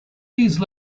these